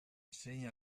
insegna